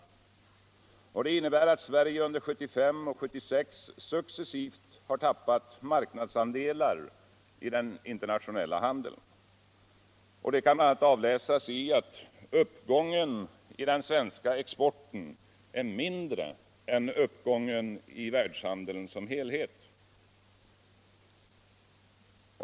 Det innebär att Sverige under 1975 och 1976 successivt har tappat marknadsandelar i den internationella handeln. Det kan bl.a. avläsas I alt uppgången i den svenska exporten är mindre än uppgången inom världshandeln som helhet.